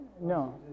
No